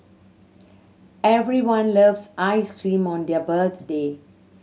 everyone loves ice cream on their birthday